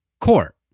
court